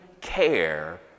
care